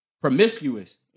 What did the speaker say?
Promiscuous